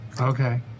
Okay